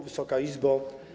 Wysoka Izbo!